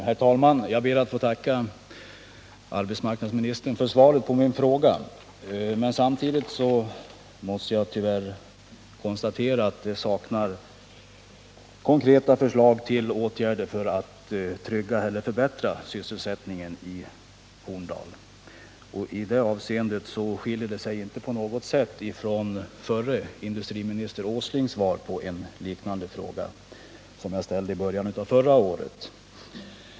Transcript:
Herr talman! Jag ber att få tacka arbetsmarknadsministern för svaret på min fråga. Samtidigt måste jag tyvärr konstatera att det saknar konkreta förslag till åtgärder för att trygga eller förbättra sysselsättningen i Horndal. I det avseendet skiljer sig svaret inte på något sätt från förre industriministerns, Nils Åslings, svar på en liknande fråga, som jag ställde i början av förra året.